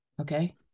Okay